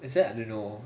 is it I don't know